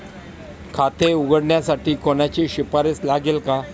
खाते उघडण्यासाठी कोणाची शिफारस लागेल का?